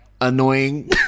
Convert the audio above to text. ...annoying